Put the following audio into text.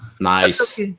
Nice